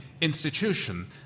institution